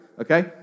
okay